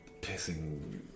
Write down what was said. pissing